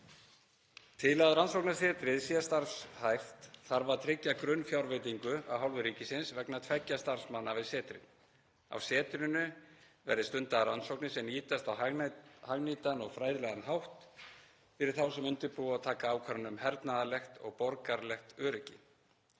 Til að rannsóknasetrið sé starfhæft þarf að tryggja grunnfjárveitingu af hálfu ríkisins vegna tveggja starfsmanna við setrið. Á setrinu verði stundaðar rannsóknir sem nýtast á hagnýtan og fræðilegan hátt fyrir þá sem undirbúa og taka ákvarðanir um hernaðarlegt og borgaralegt öryggi.